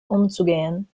umzugehen